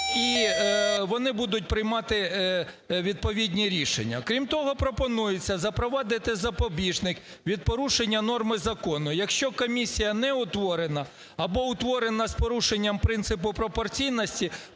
і вони будуть приймати відповідні рішення. Крім того, пропонується запровадити запобіжник від порушення норми закону, якщо комісія не утворена або утворена з порушенням принципу пропорційності,